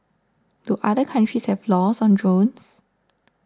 do other countries have laws on drones